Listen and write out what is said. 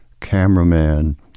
cameraman